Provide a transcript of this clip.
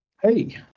Hey